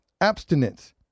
abstinence